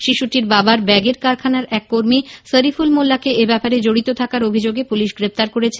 শিশুটির বাবার ব্যাগের কারখানার এক কর্মী সরিফুল মোল্লাকে এব্যাপারে জড়িত থাকার অভিযোগে পুলিশ গ্রেপ্তার করেছে